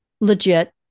legit